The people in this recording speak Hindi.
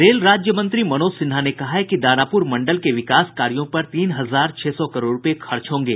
रेल राज्य मंत्री मनोज सिन्हा ने कहा है कि दानापुर मंडल के विकास कार्यो पर तीन हजार छह सौ करोड़ रूपये खर्च होंगे